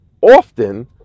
often